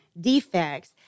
defects